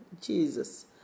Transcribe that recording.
Jesus